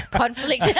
conflict